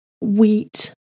wheat